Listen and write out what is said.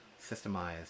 systemized